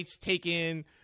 taken